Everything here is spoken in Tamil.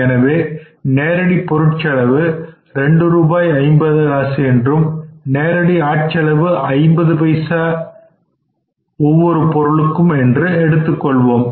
எனவே நேரடி பொருட்செலவு 2 ரூபாய் 50 காசு என்றும் நேரடி ஆட்செலவு 50 பைசா ஒவ்வொரு பொருளுக்கும் என்று எடுத்துக்கொள்வோம்